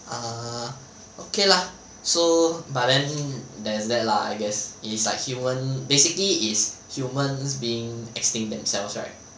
err okay lah so but then there's that lah I guess it is like human basically is humans being extinct themselves right